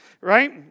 right